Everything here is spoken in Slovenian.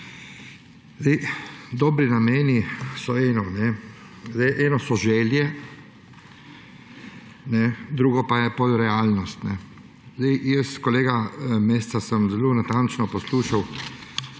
dobri nameni so eno; eno so želje, drugo pa je potem realnost. Kolega Meseca sem zelo natančno poslušal